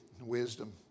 wisdom